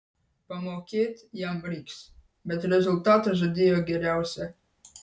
pamokėt jam reiks bet rezultatą žadėjo geriausią